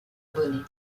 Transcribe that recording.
bonnet